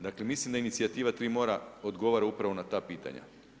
Dakle, mislim da inicijativa tri mora odgovara upravo na ta pitanja.